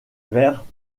vers